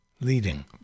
leading